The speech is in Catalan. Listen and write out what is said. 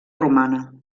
romana